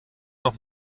noch